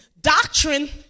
doctrine